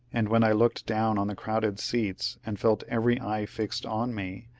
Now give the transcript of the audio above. and when i looked down on the crowded seats, and felt every eye fixed on me,